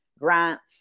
grants